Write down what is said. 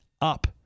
up